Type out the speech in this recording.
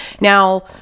Now